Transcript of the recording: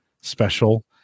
special